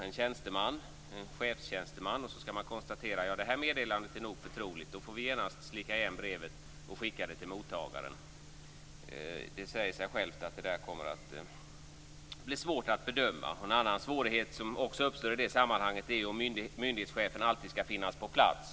En cheftjänsteman får då avgöra om meddelandet är förtroligt och - om så är fallet - genast slicka igen brevet och skicka det till mottagaren. Det säger sig självt att detta kommer att blir vårt att bedöma. En annan svårighet som också uppstår i det sammanhanget är om ifall myndighetschefen alltid skall finnas på plats.